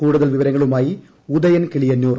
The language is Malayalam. കൂടുതൽ വിവരങ്ങളുമായി ഉദയൻ കിളിയന്നൂർ